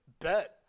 bet